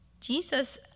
jesus